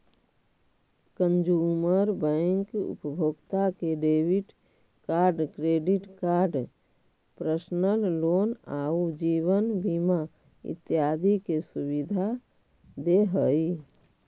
consumer bank उपभोक्ता के debit card, credit card, personal loan आउ जीवन बीमा इत्यादि के सुविधा दे हइ